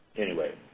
anyway,